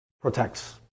protects